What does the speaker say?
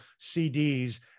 CDs